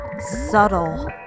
Subtle